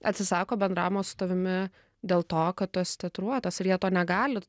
atsisako bendravimo su tavimi dėl to kad tu esi tatiuruotas ir jie to negali